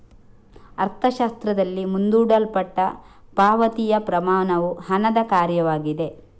ಅರ್ಥಶಾಸ್ತ್ರದಲ್ಲಿ, ಮುಂದೂಡಲ್ಪಟ್ಟ ಪಾವತಿಯ ಪ್ರಮಾಣವು ಹಣದ ಕಾರ್ಯವಾಗಿದೆ